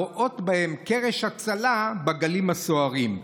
הרואות בהם קרש הצלה בגלים הסוערים.